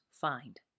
find